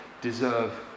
deserve